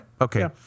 Okay